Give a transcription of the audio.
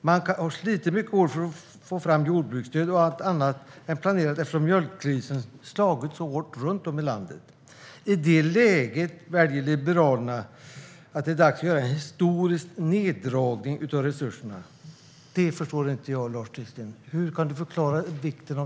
Man har slitit mycket hårt för att få fram jordbruksstöd och allt annat planerat eftersom mjölkkrisen har slagit så hårt runt om i landet. I det läget väljer Liberalerna att göra en historisk neddragning av resurserna. Det förstår inte jag, Lars Tysklind. Hur förklarar du det?